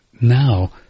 now